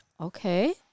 okay